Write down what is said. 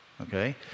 okay